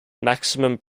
maximum